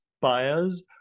buyers